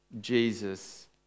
Jesus